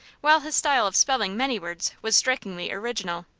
while his style of spelling many words was strikingly original.